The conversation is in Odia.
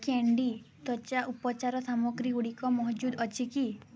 କେଣ୍ଡି ତ୍ଵଚା ଉପଚାର ସାମଗ୍ରୀଗୁଡ଼ିକ ମହଜୁଦ ଅଛି କି